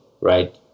right